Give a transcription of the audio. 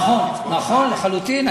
נכון, נכון לחלוטין.